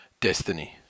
Destiny